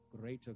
greater